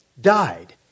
died